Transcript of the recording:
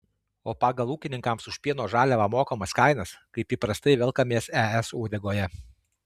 o pagal ūkininkams už pieno žaliavą mokamas kainas kaip įprastai velkamės es uodegoje